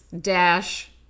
dash